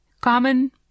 common